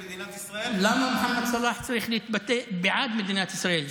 למה מוחמד סלאח צריך להתבטא בעד מדינת ישראל?